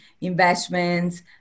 investments